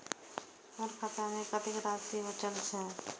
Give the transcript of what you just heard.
हमर खाता में कतेक राशि बचल छे?